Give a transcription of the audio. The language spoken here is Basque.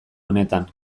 honetan